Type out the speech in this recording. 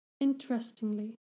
Interestingly